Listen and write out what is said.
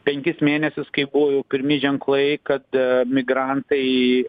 penkis mėnesius kai buvo pirmi ženklai kad migrantai